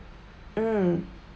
mm